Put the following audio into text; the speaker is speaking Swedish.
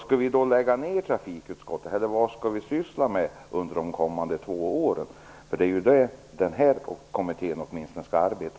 Skall man då lägga ner trafikutskottet? Eller vad skall vi syssla med under de kommande två åren? Det är ju så länge som åtminstone den här kommittén skall arbeta.